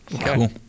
Cool